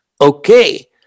Okay